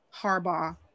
Harbaugh